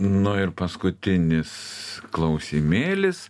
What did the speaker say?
nu ir paskutinis klausimėlis